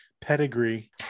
pedigree